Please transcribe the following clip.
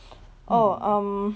oh um